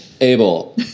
Abel